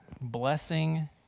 blessing